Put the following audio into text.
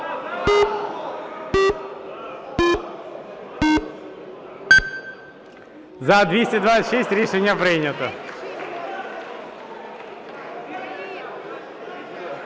За-208 Рішення прийнято.